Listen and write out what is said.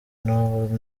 n’ubu